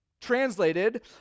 Translated